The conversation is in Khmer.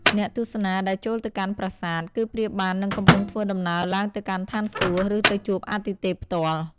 អ្នកទស្សនាដែលចូលទៅកាន់ប្រាសាទ គឺប្រៀបបាននឹងកំពុងធ្វើដំណើរឡើងទៅកាន់ឋានសួគ៌ ឬទៅជួបអាទិទេពផ្ទាល់។